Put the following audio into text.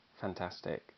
Fantastic